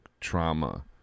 trauma